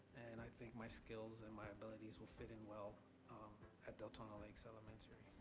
and i think my skills and my abilities will fit in well um at deltona lakes elementary.